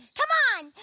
come on!